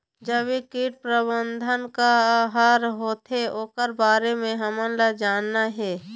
जैविक कीट प्रबंधन का हर होथे ओकर बारे मे हमन ला जानना हे?